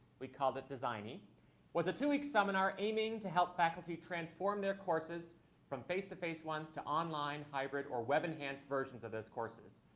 we called it designy was a two-week seminar aiming to help faculty transform their courses from face-to-face ones to online, hybrid or web enhanced versions of those courses.